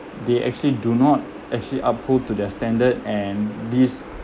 they actually do not actually uphold to their standard and these